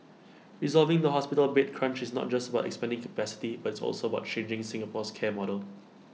resolving the hospital bed crunch is not just about expanding capacity but it's also about changing Singapore's care model